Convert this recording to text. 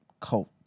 cult